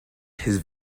his